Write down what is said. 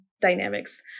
dynamics